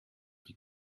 die